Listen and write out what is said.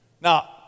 Now